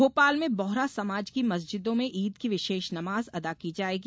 भोपाल में बोहरा समाज की मस्जिदों में ईद की विशेष नमाज अदा की जायेगी